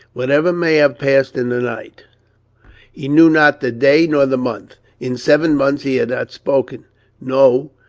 whatever may have passed in the night he knew not the day nor the month. in seven months he had not spoken no,